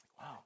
Wow